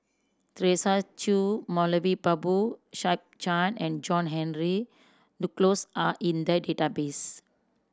Teresa Hsu Moulavi Babu Sahib and John Henry Duclos are in the database